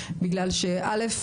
כי א.